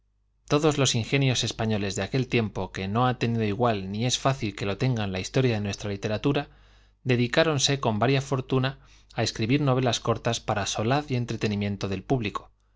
todos los ingej ios españoles de aquel tiempo que no ha tenido igual ni es licil que lo tenga en la historia de nuestra literatura ded icar ouse con varia fortuna á escribir novelas cortas para solaz y entretenimiento del público